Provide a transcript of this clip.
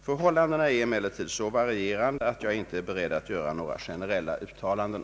Förhållandena är emellertid så varierande att jag inte är beredd att göra några generella uttalanden.